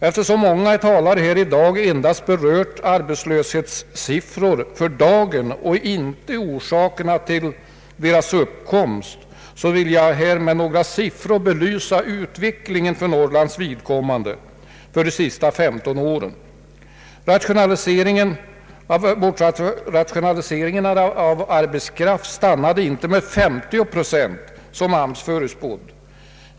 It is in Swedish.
Eftersom många talare här i dag endast berört arbetslöshetssiffrorna för dagen och inte orsakerna till deras uppkomst, vill jag här med några siffror belysa utvecklingen för Norrlands vidkommande under de senaste 15 åren. Bortrationalisering av arbetskraft stannade inte vid 50 procent som arbetsmarknadsstyrelsen förutspått.